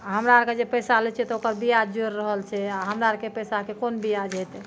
आ हमरा आरके जे पैसा लै छियै तऽ ओकर बियाज जोरि रहल छै आ हमरा आरके पैसाके कोन बियाज हेतै